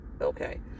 okay